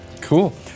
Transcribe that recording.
Cool